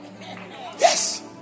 Yes